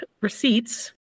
receipts